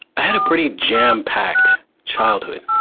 had a pretty jam-packed childhood.